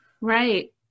Right